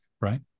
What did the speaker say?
right